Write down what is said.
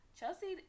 Chelsea